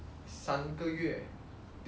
but err ya lor